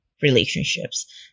Relationships